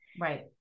Right